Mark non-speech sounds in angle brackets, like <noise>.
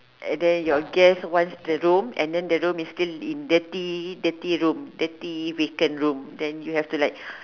and then your guest wants the room and then the room is still in dirty dirty room dirty vacant room then you have to like <breath>